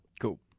Cool